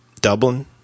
Dublin